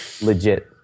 legit